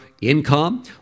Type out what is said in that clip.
income